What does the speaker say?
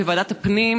בוועדת הפנים,